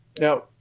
Now